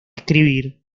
escribir